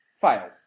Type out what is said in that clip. fail